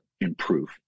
improve